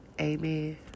Amen